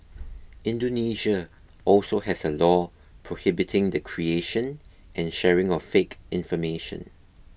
Indonesia also has a law prohibiting the creation and sharing of fake information